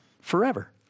Forever